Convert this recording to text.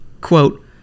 quote